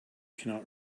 cannot